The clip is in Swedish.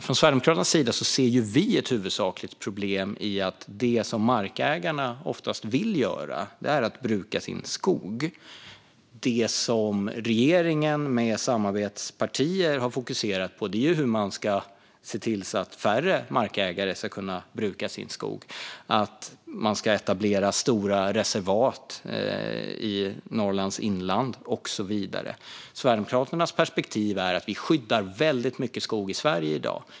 Från Sverigedemokraternas sida ser vi ett huvudsakligt problem i att det som markägarna oftast vill göra är att bruka sin skog medan det som regeringen med samarbetspartier har fokuserat på är hur man ska se till att färre markägare ska kunna bruka sin skog genom att etablera stora reservat i Norrlands inland och så vidare. Sverigedemokraternas perspektiv är att vi i dag skyddar väldigt mycket skog i Sverige.